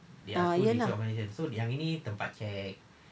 ya lah